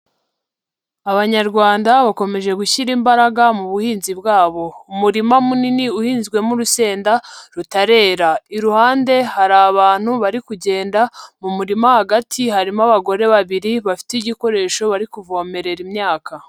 Abanyarwanda bakomeje gushyira imbaraga mu buhinzi bwabo. Umurima munini uhinzwemo urusenda rutarera. Iruhande hari abantu bari kugenda, mu murima hagati harimo abagore babiri bafite igikoresho bari kuvomerera imyaka.